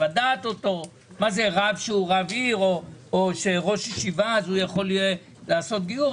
רב עיר או ראש ישיבה יכול לעשות גיור?